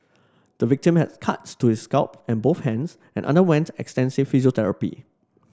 the victim has cuts to his scalp and both hands and underwent extensive physiotherapy